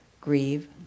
grieve